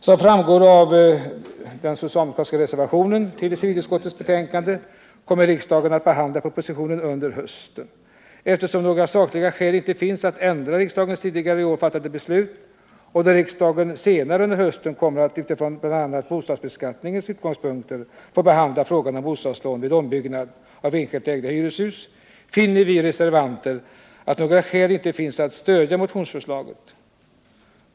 Som framgår av den socialdemokratiska reservationen vid civilutskottets betänkande kommer riksdagen att behandla propositionen under hösten. Eftersom några sakliga skäl inte finns att ändra riksdagens tidigare i år fattade beslut och då riksdagen senare under hösten kommer att utifrån bl.a. bostadsbeskattningens utgångspunkter få behandla frågan om bostadslån vid ombyggnad av enskilt ägda hyreshus, finner vi reservanter att några skäl inte finns att stödja motionsförslaget.